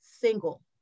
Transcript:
single